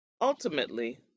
Ultimately